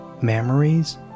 memories